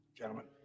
gentlemen